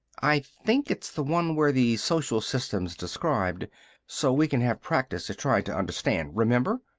i think it's the one where the social system's described so we can have practice at trying to understand. remember?